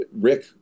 Rick